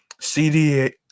CDA